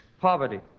poverty